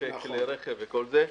אלפי כלי רכב וכל זה.